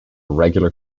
regular